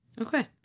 Okay